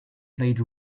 played